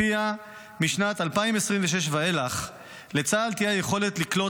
שלפיה משנת 2026 ואילך לצה"ל תהיה היכולת לקלוט